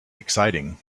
exciting